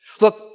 Look